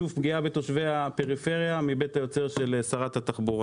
שוב פגיעה בתושבי הפריפריה מבית היוצר של שרת התחבורה.